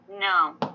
No